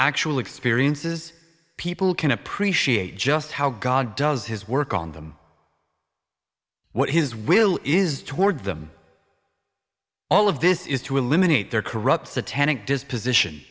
actual experiences people can appreciate just how god does his work on them what his will is toward them all of this is to eliminate their corrupt satanic disposition